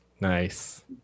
Nice